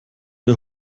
der